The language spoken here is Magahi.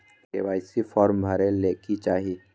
के.वाई.सी फॉर्म भरे ले कि चाही?